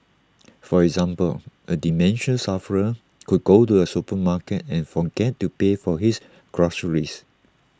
for example A dementia sufferer could go to A supermarket and forget to pay for his groceries